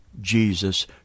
Jesus